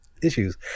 Issues